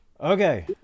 Okay